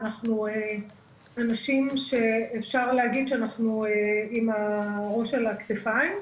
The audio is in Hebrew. ואנחנו אנשים שאפשר להגיד שאנחנו עם הראש הכתפיים,